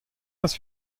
das